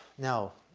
now,